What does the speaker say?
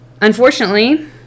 unfortunately